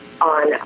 on